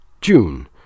June